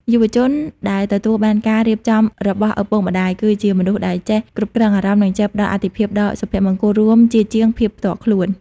យុវជនដែលទទួលយកការរៀបចំរបស់ឪពុកម្ដាយ គឺជាមនុស្សដែលចេះ "គ្រប់គ្រងអារម្មណ៍" និងចេះផ្ដល់អាទិភាពដល់សុភមង្គលរួមជាជាងភាពផ្ទាល់ខ្លួន។